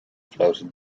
floated